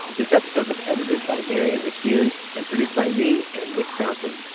this episode was edited by marianne mccune and produced by me and nick fountain.